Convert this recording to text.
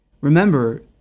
Remember